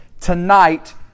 tonight